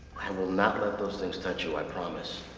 i will not let those things touch you, i promise.